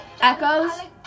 Echoes